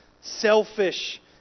selfish